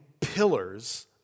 pillars